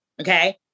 okay